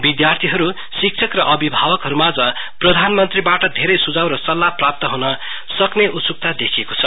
विद्यार्थीहरुशिक्षक र अविभावकहरुमाझ प्रधानमन्त्रीबाट धेरै सुझाव र सल्लाह प्रप्त हुने उत्सुकता देखिएको छ